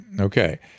Okay